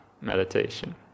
meditation